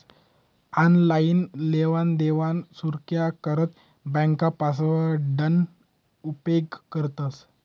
online लेवादेवाना सुरक्सा करता ब्यांक पासवर्डना उपेग करतंस